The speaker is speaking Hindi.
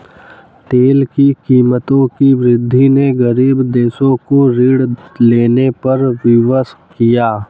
तेल की कीमतों की वृद्धि ने गरीब देशों को ऋण लेने पर विवश किया